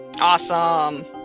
Awesome